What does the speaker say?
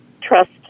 trust